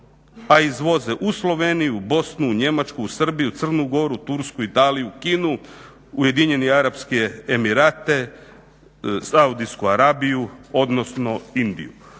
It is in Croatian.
a izvoze u Sloveniju, Bosnu, Njemačku, Srbiju, Crnu Goru, Tursku, Italiju, Kinu, Ujedinjene Arapske Emirate, Saudijsku Arabiju odnosno Indiju.